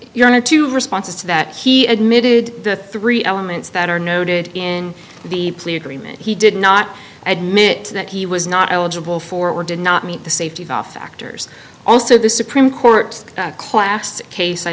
you're going to responses to that he admitted the three elements that are noted in the plea agreement he did not admit that he was not eligible for or did not meet the safety off factors also the supreme court a classic case i